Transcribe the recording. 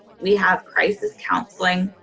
we have crisis counseling,